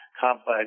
complex